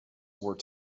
were